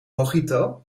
mojito